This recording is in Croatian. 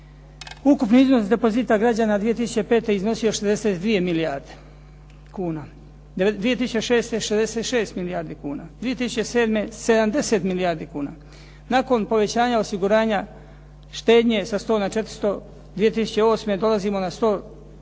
ukupni iznos depozita građana 2005. iznosio 62 milijarde kuna, 2006. 66 milijardi kuna, 2007. 70 milijardi kuna. Nakon povećanja osiguranja štednje sa 100 na 400 2008. dolazimo na 106 milijardi